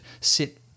sit